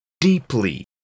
deeply